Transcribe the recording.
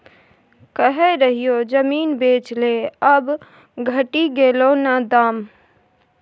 कहय रहियौ जमीन बेच ले आब घटि गेलौ न दाम